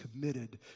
committed